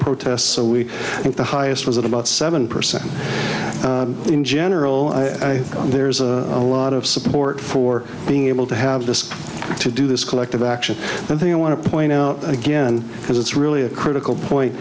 protests so we think the highest was at about seven percent in general i mean there's a lot of support for being able to have this to do this collective action i think i want to point out again because it's really a critical point